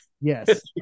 Yes